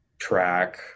track